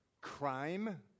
crime